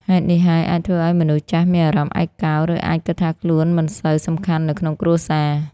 ហេតុនេះហើយ អាចធ្វើឱ្យមនុស្សចាស់មានអារម្មណ៍ឯកោ ឬអាចគិតថាខ្លួនមិនសូវសំខាន់នៅក្នុងគ្រួសារ។